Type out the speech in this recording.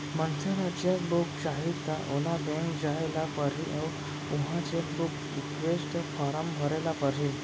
मनसे ल cheque book चाही त ओला बेंक जाय ल परही अउ उहॉं चेकबूक रिक्वेस्ट फारम भरे ल परही